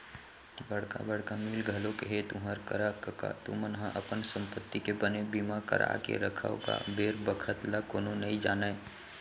बड़का बड़का मील घलोक हे तुँहर करा कका तुमन ह अपन संपत्ति के बने बीमा करा के रखव गा बेर बखत ल कोनो नइ जानय